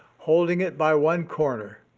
holding it by one corner,